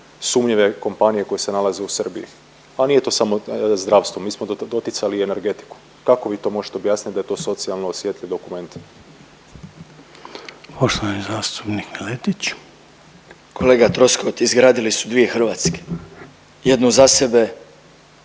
sumnjive kompanije koje se nalaze u Srbiji, a nije to samo zdravstvo mi smo doticali i energetiku. Kako vi to možete objasniti da je to socijalno osjetljiv dokument? **Reiner, Željko (HDZ)** Poštovani zastupnik Miletić. **Miletić, Marin (MOST)** Kolega Troskot izgradili su dvije Hrvatske, jednu za sebe,